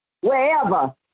wherever